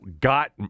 got